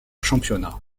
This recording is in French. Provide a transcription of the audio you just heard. championnat